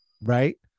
Right